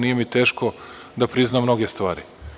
Nije mi teško da priznam mnoge stvari.